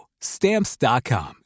Stamps.com